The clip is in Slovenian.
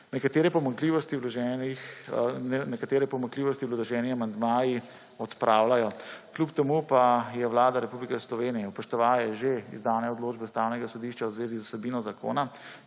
Nekatere pomanjkljivosti vloženi amandmaji odpravljajo. Kljub temu pa je Vlada Republike Slovenije, upoštevaje že izdane odločbe Ustavnega sodišča v zvezi z vsebino zakona,